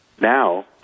Now